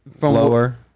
lower